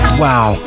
Wow